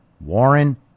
Warren